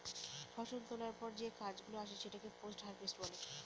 ফষল তোলার পর যে কাজ গুলো আসে সেটাকে পোস্ট হারভেস্ট বলে